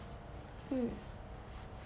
mm